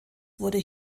wurde